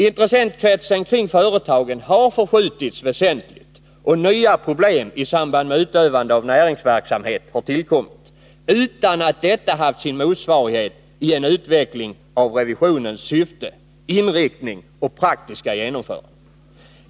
Intressentkretsen kring företagen har förskjutits väsentligt, och nya problem i samband med utövande av näringsverksamhet har tillkommit, utan att detta haft sin motsvarighet i en utveckling av revisionens syfte, inriktning och praktiska genomförande.